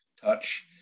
touch